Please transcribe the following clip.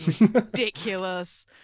ridiculous